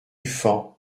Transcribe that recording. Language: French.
fan